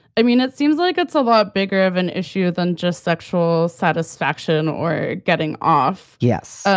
i mean, it seems like it's a lot bigger of an issue than just sexual satisfaction or getting off. yes.